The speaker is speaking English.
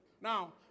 Now